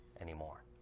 anymore